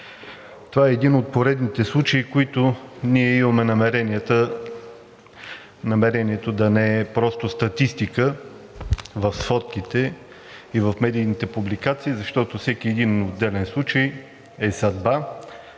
Това е един от поредните случаи, за които ние имаме намерението да не е просто статистика в сводките и в медийните публикации, защото всеки един отделен случай е съдба,